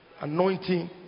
anointing